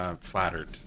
flattered